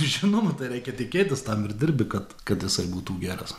žinoma tai reikia tikėtis tam ir dirbi kad kad jisai būtų geras